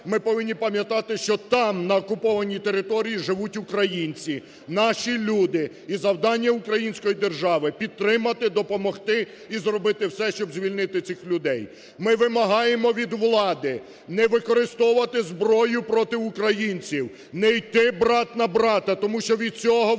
ми повинні пам'ятати, що там, на окупованій території, живуть українці, наші люди і завдання української держави підтримати, допомогти і зробити все, щоб звільнити цих людей. Ми вимагаємо від влади не використовувати зброю проти українців, не йти брат на брата тому що від цього виграє